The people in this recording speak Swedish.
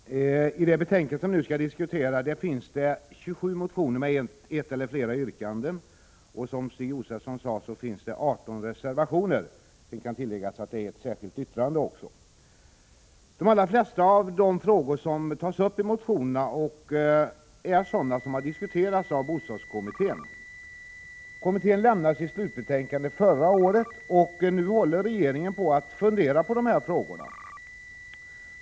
Herr talman! I det betänkande som vi nu diskuterar behandlas 27 motioner med ett eller flera yrkanden, och det finns, som Stig Josefson sade, 18 reservationer samt ett särskilt yttrande. De allra flesta av de frågor som tas upp i motionerna har diskuterats av bostadskommittén. Kommittén lämnade sitt slutbetänkande förra året, och nu funderar regeringen på dessa frågor.